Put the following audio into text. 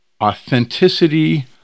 authenticity